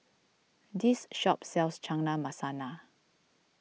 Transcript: this shop sells Chana Masala